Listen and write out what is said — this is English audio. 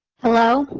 hello,